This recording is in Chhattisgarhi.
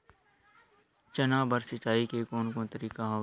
चना बर सिंचाई के कोन कोन तरीका हवय?